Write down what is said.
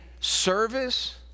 service